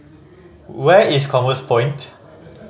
where is Commerce Point